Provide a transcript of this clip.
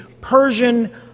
Persian